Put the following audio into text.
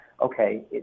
okay